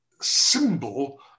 symbol